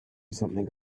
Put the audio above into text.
something